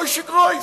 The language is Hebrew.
מוישה גרויס.